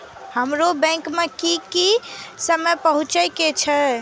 हमरो बैंक में की समय पहुँचे के छै?